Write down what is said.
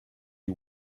you